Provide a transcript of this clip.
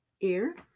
ear